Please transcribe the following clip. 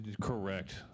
Correct